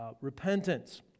repentance